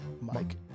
Mike